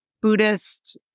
Buddhist